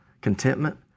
contentment